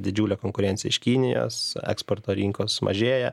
didžiulė konkurencija iš kinijos eksporto rinkos mažėja